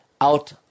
out